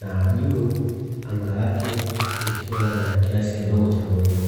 na juu anga lake likiwa na kiasi kidogo cha mwingu.